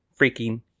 freaking